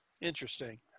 Interesting